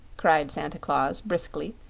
cried santa claus, briskly,